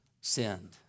sinned